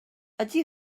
ydy